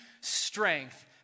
strength